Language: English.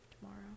tomorrow